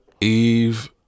Eve